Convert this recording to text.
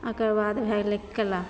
एकर बाद भए गेलै कला